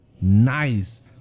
nice